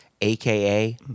aka